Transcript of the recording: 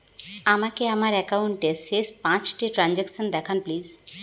আমাকে আমার একাউন্টের শেষ পাঁচটি ট্রানজ্যাকসন দেখান প্লিজ